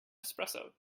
espresso